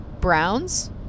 Browns